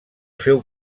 seu